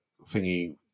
Thingy